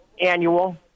annual